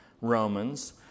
Romans